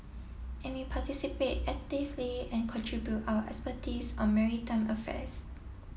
and we participate actively and contribute our expertise on maritime affairs